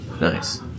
Nice